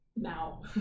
now